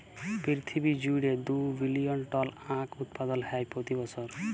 পিরথিবী জুইড়ে দু বিলিয়ল টল আঁখ উৎপাদল হ্যয় প্রতি বসর